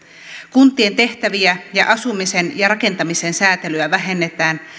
kuntien tehtäviä ja asumisen ja rakentamisen säätelyä vähennetään